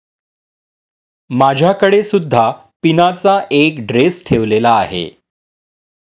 माझ्याकडे सुद्धा पिनाचा एक ड्रेस ठेवलेला आहे